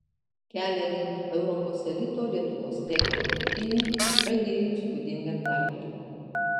kelią link europos elito lietuvos regbio rinktinė pradėjo įspūdinga pergale